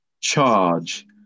charge